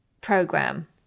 program